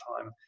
time